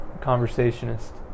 conversationist